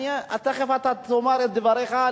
תיכף אתה תאמר את דבריך.